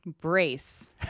brace